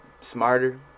smarter